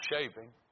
shaving